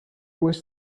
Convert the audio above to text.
was